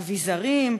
אביזרים,